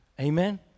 Amen